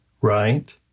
right